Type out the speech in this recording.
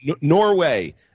Norway